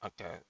Okay